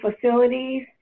facilities